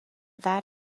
that